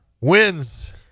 wins